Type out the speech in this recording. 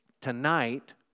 Tonight